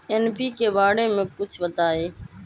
NPK बारे म कुछ बताई?